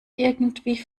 irgendwie